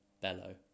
bellow